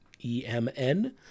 EMN